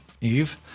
Eve